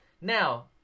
Now